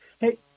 Hey